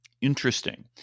Interesting